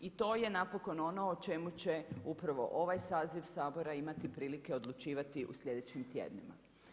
I to je napokon ono o čemu će upravo ovaj saziv Sabora imati prilike odlučivati u sljedećim tjednima.